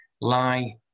lie